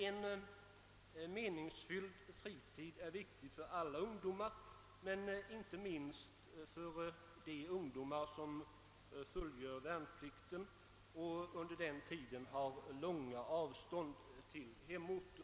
En meningsfylld fritid är viktig för alla ungdomar men inte minst för dem som fullgör värnplikten och under den tiden har långa avstånd till hemorten.